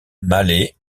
malais